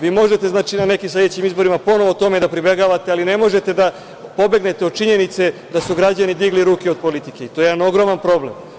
Vi možete, znači, na nekim sledećim izborima ponovo tome da pribegavate, ali ne možete da pobegnete od činjenice da su građani digli ruke od politike i to je jedan ogroman problem.